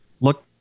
look